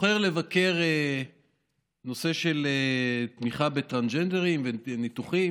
בוחר לבקר נושא של תמיכה בטרנסג'נדרים וניתוחים,